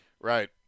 Right